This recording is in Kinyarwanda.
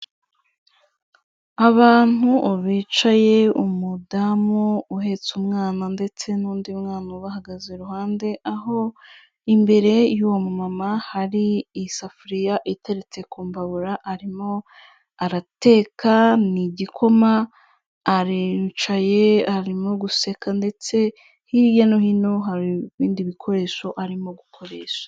Abantu bicaye, umudamu uhetse umwana ndetse n'undi mwana ubahagaze iruhande, aho imbere y'uwo mumama hari isafuriya iteretse ku mbabura arimo arateka igikoma, aricaye arimo guseka ndetse hirya no hino hari ibindi bikoresho arimo gukoresha.